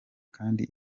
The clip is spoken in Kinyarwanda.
kandi